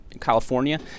california